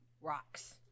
rocks